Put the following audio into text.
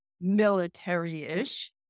military-ish